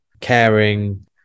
caring